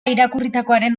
irakurritakoaren